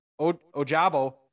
Ojabo